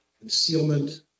concealment